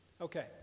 Okay